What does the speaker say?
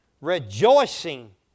Rejoicing